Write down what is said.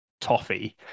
toffee